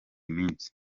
minsi